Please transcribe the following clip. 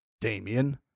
Damien